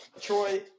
Troy